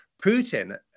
Putin